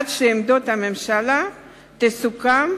עד שעמדת הממשלה תסוכם